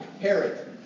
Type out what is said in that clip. Herod